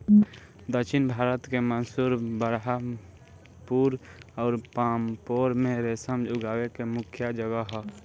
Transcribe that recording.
दक्षिण भारत के मैसूर, बरहामपुर अउर पांपोर में रेशम उगावे के मुख्या जगह ह